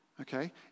Okay